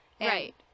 right